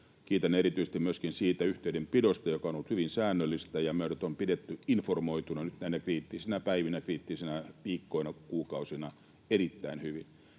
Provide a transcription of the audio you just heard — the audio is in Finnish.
Kiitän erityisesti myöskin siitä yhteydenpidosta, joka on ollut hyvin säännöllistä, ja meidät on pidetty informoituina nyt näinä kriittisinä päivinä, kriittisinä viikkoina, kuukausina erittäin hyvin.